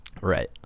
Right